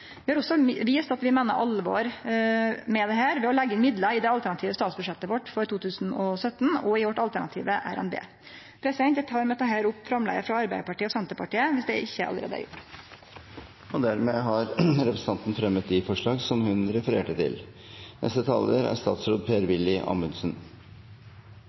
Vi har også vist at vi meiner alvor med dette ved å leggje inn midlar i det alternative statsbudsjettet vårt for 2017 og i vårt alternative RNB. Eg tek med dette opp framlegget frå Arbeidarpartiet og Senterpartiet. Representanten Jenny Klinge har tatt opp det forslaget hun refererte til. Jeg er